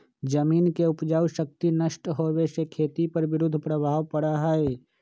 जमीन के उपजाऊ शक्ति नष्ट होवे से खेती पर विरुद्ध प्रभाव पड़ा हई